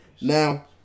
Now